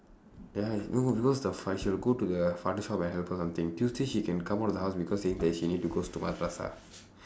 ya no because the fa~ she will go to the father's shop and help or something tuesday she can come out of the house because they think she need to goes to bras-basah